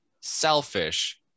selfish